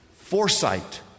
Foresight